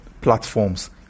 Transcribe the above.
platforms